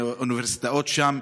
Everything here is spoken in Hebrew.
באוניברסיטאות שם,